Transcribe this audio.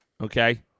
Okay